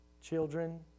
children